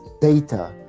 data